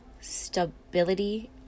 Stability